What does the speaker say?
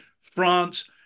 France